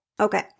Okay